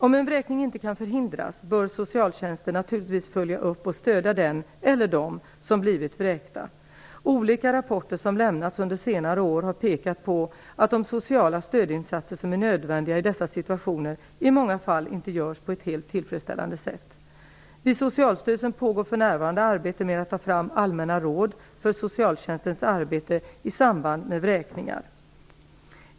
Om en vräkning inte kan förhindras bör socialtjänsten naturligtvis följa upp och stödja den eller dem som blivit vräkta. Olika rapporter som lämnats under senare år har pekat på att de sociala stödinsatser som är nödvändiga i dessa situationer i många fall inte görs på ett helt tillfredsställande sätt. Vid Socialstyrelsen pågår för närvarande arbetet med att ta fram allmänna råd för socialtjänstens arbete i samband med vräkningar.